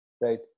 Right